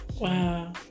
wow